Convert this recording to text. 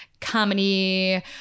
comedy